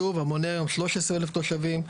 היישוב מונה היום 13,000 תושבים,